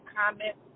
comment